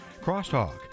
Crosstalk